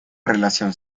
relación